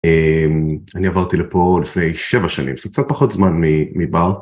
אני עברתי לפה לפני 7 שנים, זה קצת פחות זמן מבר.